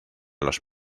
los